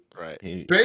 Right